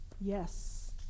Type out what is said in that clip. Yes